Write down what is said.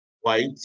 white